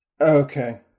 Okay